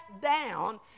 down